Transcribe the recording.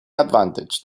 advantage